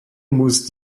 muss